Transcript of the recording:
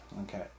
okay